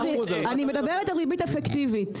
אני מדברת על ריבית אפקטיבית,